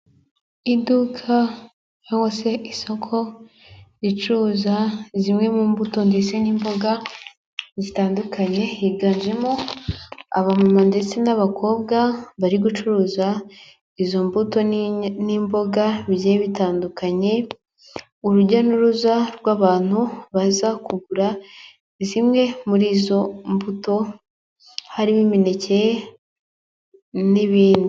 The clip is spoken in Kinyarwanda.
Iduka cyangwa se isoko ricuruza zimwe mu mbuto ndetse n'imboga zitandukanye, higanjemo aba mama ndetse n'abakobwa bari gucuruza izo mbuto n'imboga bigiye bitandukanye, urujya n'uruza rw'abantu baza kugura zimwe muri izo mbuto harimo imineke n'ibindi.